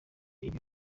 ibyo